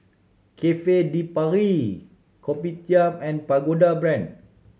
Cafe De Paris Kopitiam and Pagoda Brand